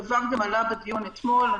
הדבר עלה גם בדיון אתמול.